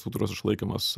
sodros išlaikymas